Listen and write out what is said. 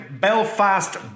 Belfast